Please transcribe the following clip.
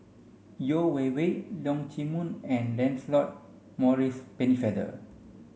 Yeo Wei Wei Leong Chee Mun and Lancelot Maurice Pennefather